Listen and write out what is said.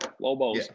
Lobos